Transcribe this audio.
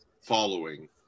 following